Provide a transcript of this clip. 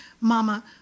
Mama